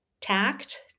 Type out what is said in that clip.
tact